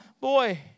boy